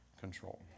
control